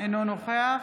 אינו נוכח